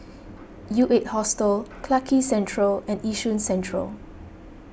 U eight Hostel Clarke Quay Central and Yishun Central